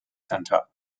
center